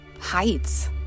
heights